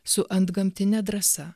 su antgamtine drąsa